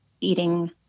eating